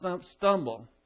stumble